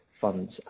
funds